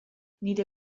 nire